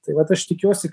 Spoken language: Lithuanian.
tai vat aš tikiuosi